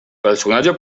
personatge